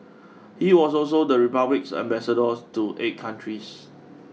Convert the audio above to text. he was also the Republic's ambassador to eight countries